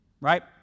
Right